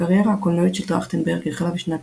הקריירה הקולנועית של טרכטנברג החלה בשנת